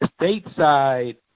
stateside